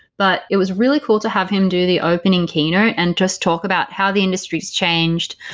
but it was really cool to have him do the opening keynote and just talk about how the industry's changed.